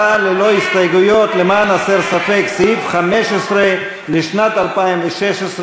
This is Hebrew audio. למען הסר ספק: סעיף 15 לשנת 2016,